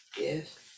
Yes